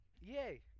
Yay